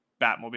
Batmobile